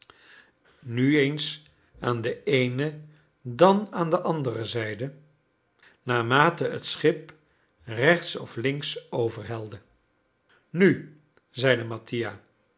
nu eens aan de eene dan aan de andere zijde naarmate het schip rechts of links overhelde nu zeide mattia